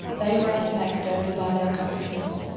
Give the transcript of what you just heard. they were estimated only by their accomplishments.